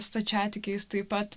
stačiatikiais taip pat